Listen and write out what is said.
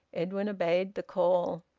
edwin obeyed the call.